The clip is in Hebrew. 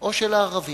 או של הערבים.